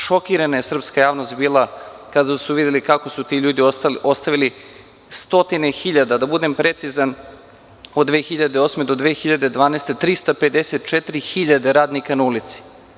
Šokirana je srpska javnost bila kada su videli kako su ti ljudi ostavili, stotina hiljada, da budem precizan od 2008. do 2012. godine 354.000 radnika na ulici.